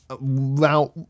Now